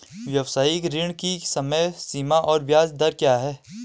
व्यावसायिक ऋण की समय सीमा और ब्याज दर क्या है?